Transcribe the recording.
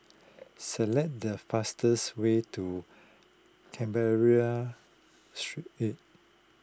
select the fastest way to Canberra Street